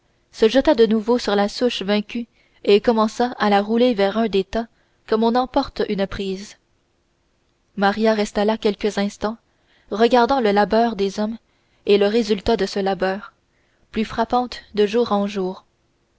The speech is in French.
se jeta de nouveau sur la souche vaincue et commença à la rouler vers un des tas comme on emporte une prise maria resta là quelques instants regardant le labeur des hommes et le résultat de ce labeur plus frappant de jour en jour